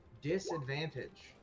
disadvantage